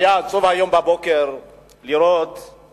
היה עצוב הבוקר לראות את